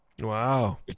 Wow